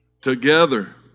Together